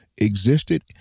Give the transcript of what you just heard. Existed